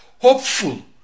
hopeful